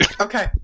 Okay